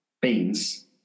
beans